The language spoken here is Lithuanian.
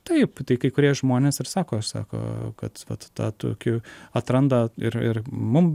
taip tai kai kurie žmonės ir sako aš sako kad va tą tokiu atranda ir ir mum